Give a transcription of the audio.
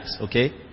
okay